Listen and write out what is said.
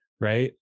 right